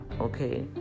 okay